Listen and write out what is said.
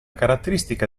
caratteristica